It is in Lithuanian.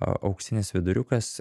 auksinis viduriukas